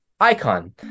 icon